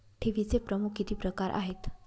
ठेवीचे प्रमुख किती प्रकार आहेत?